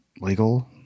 legal